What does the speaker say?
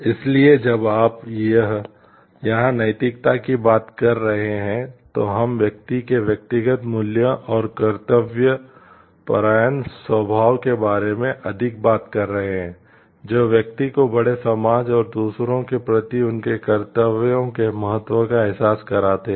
इसलिए जब आप यहां नैतिकता की बात कर रहे हैं तो हम व्यक्ति के व्यक्तिगत मूल्यों और कर्तव्यपरायण स्वभाव के बारे में अधिक बात कर रहे हैं जो व्यक्ति को बड़े समाज और दूसरों के प्रति उनके कर्तव्यों के महत्व का एहसास कराता है